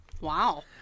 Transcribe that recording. Wow